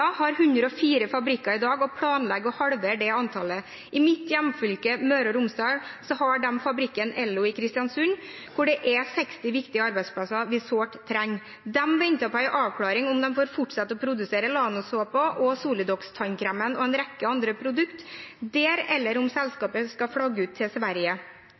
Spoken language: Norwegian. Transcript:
har 104 fabrikker i dag og planlegger å halvere det antallet. I mitt hjemfylke, Møre og Romsdal, har de fabrikken Ello i Kristiansund, hvor det er 60 viktige arbeidsplasser vi sårt trenger. De venter på en avklaring på om de får fortsette å produsere Lano-såpen og Solidox-tannkremen og en rekke andre produkter der, eller om selskapet skal flagge ut til Sverige.